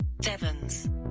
Devon's